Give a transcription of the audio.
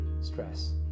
stress